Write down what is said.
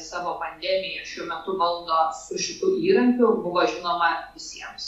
savo pandemiją šiuo metu valdos su šitu įrankių buvo žinoma visiems